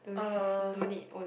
uh